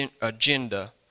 agenda